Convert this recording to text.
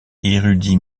érudit